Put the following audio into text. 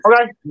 Okay